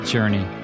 Journey